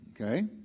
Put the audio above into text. Okay